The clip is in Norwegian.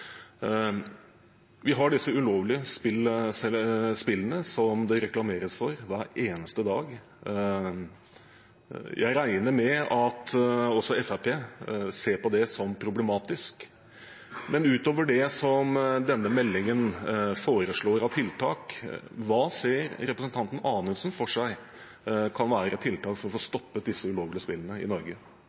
Vi har disse ulovlige spillene som det reklameres for hver eneste dag. Jeg regner med at også Fremskrittspartiet ser på det som problematisk. Utover det som denne meldingen foreslår av tiltak, hva ser representanten Anundsen for seg kan være tiltak for å få stoppet disse ulovlige spillene i Norge?